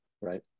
Right